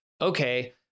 okay